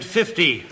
fifty